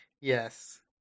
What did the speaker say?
Yes